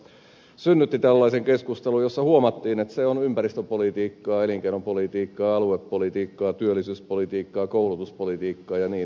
tämä lentoliikenteen päästökauppa synnytti tällaisen keskustelun jossa huomattiin että se on ympäristöpolitiikkaa elinkeinopolitiikkaa aluepolitiikkaa työllisyyspolitiikkaa koulutuspolitiikkaa jnp